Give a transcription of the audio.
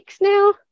now